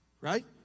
right